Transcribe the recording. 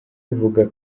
avuga